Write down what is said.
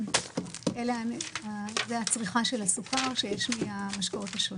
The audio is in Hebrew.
זו הייתה בקשה של חברי הכנסת.